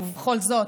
ובכל זאת,